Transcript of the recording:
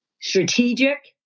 strategic